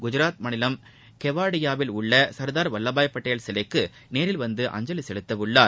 குஜராத் மாநிலம் கெவாடியாவில் உள்ள சர்தார் வல்லபாய் பட்டேல் சிலைக்கு நேரில் வந்து அஞ்சலி செலுத்த உள்ளார்